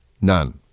none